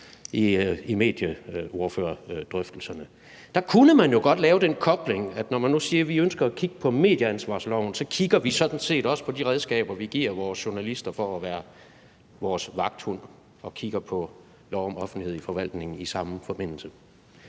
os medieordførere. Der kunne man jo godt lave den kobling, at når man nu siger, at vi ønsker at kigge på medieansvarsloven, så kigger vi sådan set også på de redskaber, vi giver vores journalister for at være vores vagthund, og kigger på lov om offentlighed i forvaltningen i samme forbindelse.